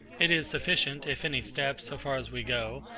it is sufficient, if any steps, so far as we go,